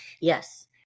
Yes